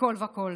מכול וכול.